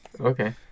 okay